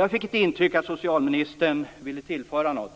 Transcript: Jag fick det intrycket att socialministern ville tillföra något